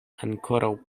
ankoraŭ